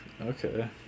Okay